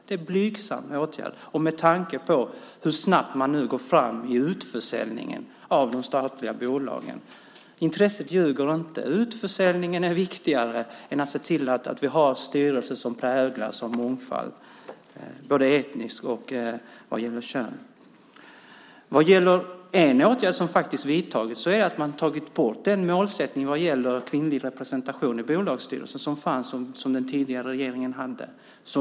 Det är blygsamma åtgärder med tanke på hur snabbt man nu går fram i utförsäljningen av de statliga bolagen. Intresset ljuger inte. Utförsäljningen är viktigare än att se till att vi har styrelser som präglas av mångfald - både etniskt och vad gäller kön. En åtgärd som faktiskt har vidtagits är att ta bort det mål om kvinnlig representation i bolagsstyrelser som den tidigare regeringen hade.